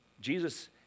Jesus